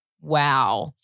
wow